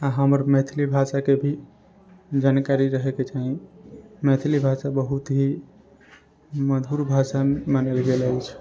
आ हमर मैथिली भाषाके भी जानकारि रहैके चाही मैथिली भाषा बहुत ही मधुर भाषा मानल गेल अछि